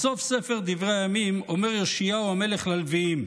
בסוף ספר דברי הימים אומר יאשיהו המלך ללוויים: